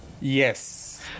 Yes